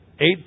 Eight